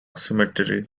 cemetery